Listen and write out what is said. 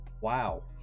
Wow